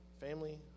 family